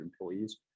employees